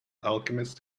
alchemist